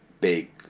big